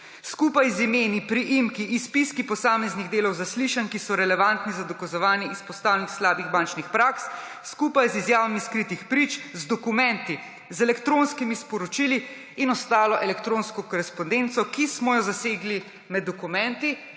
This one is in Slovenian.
Skupaj z imeni, priimki, izpiski posameznih delov zaslišanj, ki so relevantni za dokazovanje izpostavljenih slabih bančnih praks, skupaj z izjavami skritih prič, z dokumenti, z elektronskimi sporočili in ostalo elektronsko korespondenco, ki smo jo zasegli med dokumenti,